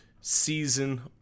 season